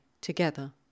together